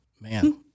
Man